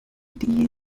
die